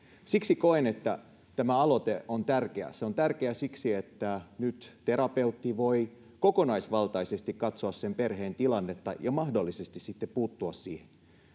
siksi koen että tämä aloite on tärkeä se on tärkeä siksi että nyt terapeutti voi kokonaisvaltaisesti katsoa sen perheen tilannetta ja mahdollisesti sitten puuttua siihen